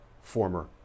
former